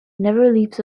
leaves